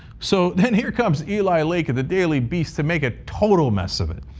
so then here comes eli lake at the daily beast to make a total mess of it.